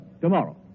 tomorrow